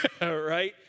right